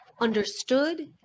understood